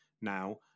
now